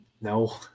No